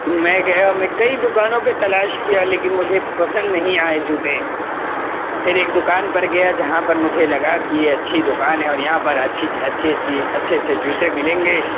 تو میں گیا میں کئی دوکانوں پہ تلاش کیا لیکن مجھے پسند نہیں آئے جوتے پھر ایک دکان پر گیا جہاں پر مجھے لگا کہ یہ اچھی دکان ہے اور یہاں پر اچھی اچھی اچھی اچھے اچھے جوتے ملیں گے